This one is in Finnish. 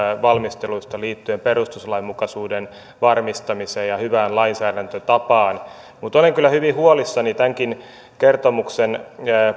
valmisteluista liittyen perustuslainmukaisuuden varmistamiseen ja hyvään lainsäädäntötapaan olen kyllä hyvin huolissani tämänkin kertomuksen